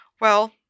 Well